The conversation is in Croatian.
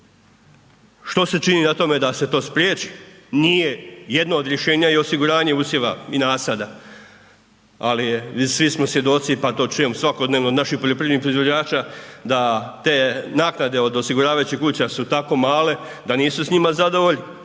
Što se čini na tome da se to spriječi? Nije jedno od rješenja i osiguranje usjeva i nasada ali svi smo svjedoci pa to čujem svakodnevno od naših poljoprivrednih proizvođača da te naknade os osiguravajućih kuća su tako male da nisu s njima zadovoljni